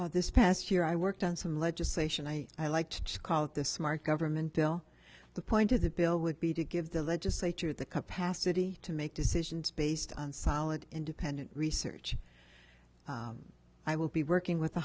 this past year i worked on some legislation i i like to call it this mark government bill the point of the bill would be to give the legislature the capacity to make decisions based on solid independent research i will be working with